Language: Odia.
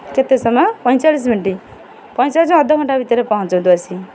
କେତେ ସମୟ ପଇଁଚାଳିଶ ମିନିଟ୍ ପଇଁଚାଳିଶ ଅଧଘଣ୍ଟା ଭିତରେ ପହଞ୍ଚନ୍ତୁ ଆସି